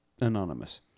anonymous